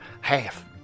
half